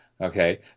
okay